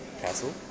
Castle